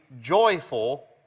joyful